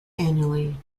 annually